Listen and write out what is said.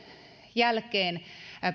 jälkeen